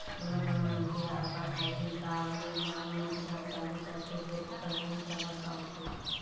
कोनो कोनो मनखे ह अपन आय के हिसाब ले नानमुन उद्यम चालू करथे फेर ओखर सोच ह बड़का होथे